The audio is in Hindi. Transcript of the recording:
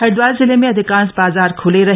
हरिद्वार जिले में अधिकांश बाजार ख्ले रहे